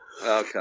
Okay